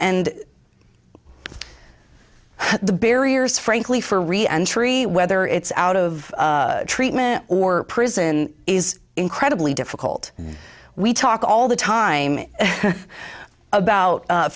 and the barriers frankly for re entry whether it's out of treatment or prison is incredibly difficult we talk all the time about